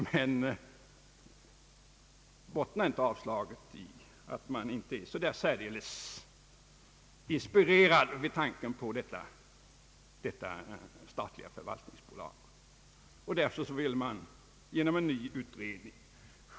Men bottnar inte avslagsyrkandet i att man inte är särdeles inspirerad av tanken på detta statliga förvaltningsbolag? Därför vill man skjuta beslutet på framtiden genom en ny utredning.